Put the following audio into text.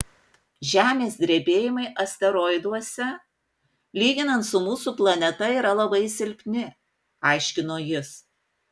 žemės drebėjimai asteroiduose lyginant su mūsų planeta yra labai silpni aiškino jis